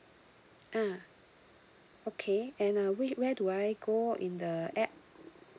uh okay and uh wh~ where do I go in the app